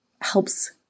helps